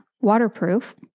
waterproof